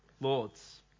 lords